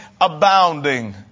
abounding